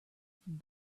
from